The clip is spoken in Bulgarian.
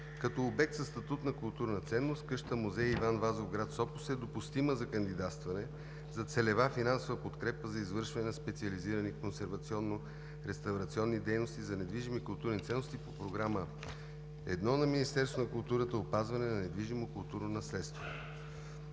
Като обект със статут на културна ценност къщата музей „Иван Вазов“ в град Сопот е допустима за кандидатстване за целева финансова подкрепа за извършване на специализирани консервационно-реставрационни дейности за недвижими културни ценности по Програма 1 на Министерството на културата „Опазване на недвижимото културно наследство“.